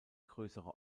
größere